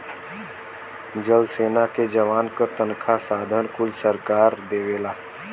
जल सेना के जवान क तनखा साधन कुल सरकारे देवला